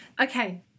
Okay